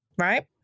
right